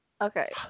Okay